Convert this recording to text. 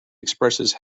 expresses